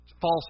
false